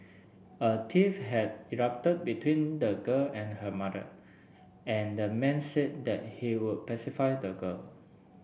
a tiff had erupted between the girl and her mother and the man said that he would pacify the girl